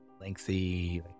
lengthy